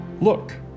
Look